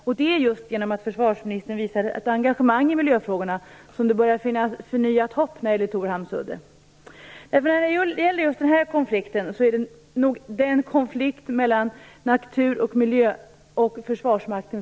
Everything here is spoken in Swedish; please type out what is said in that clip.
Tack vare att försvarsministern börjar visa ett engagemang i miljöfrågorna finns det nu ett förnyat hopp när det gäller Torhamns udde. Den här konflikten är nog den som är störst och tydligast när det gäller konflikter mellan natur och miljö och Försvarsmakten.